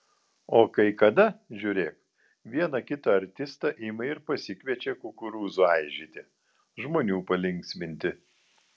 o kai kada žiūrėk vieną kitą artistą ima ir pasikviečia kukurūzų aižyti žmonių palinksminti